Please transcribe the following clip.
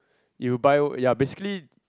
you buy ya basically